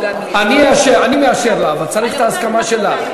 אני מאשר לה, אבל אני צריך את ההסכמה שלך.